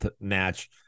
match